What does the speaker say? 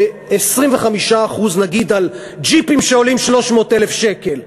ו-25% נגיד על ג'יפים שעולים 300,000 שקל,